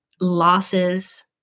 losses